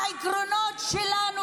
העקרונות שלנו,